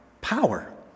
power